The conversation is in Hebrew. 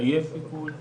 מחייב טיפול.